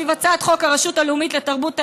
סביב הצעת החוק הרשות הלאומית לתרבות היידיש,